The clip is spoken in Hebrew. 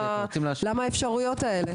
למה האפשרויות האלה?